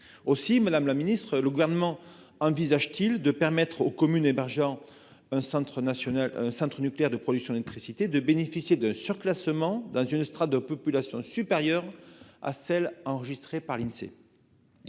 de taille comparable. Le Gouvernement envisage-t-il de permettre aux communes hébergeant un centre nucléaire de production d'électricité de bénéficier d'un classement dans une strate de population supérieure à celle enregistrée par l'Insee ?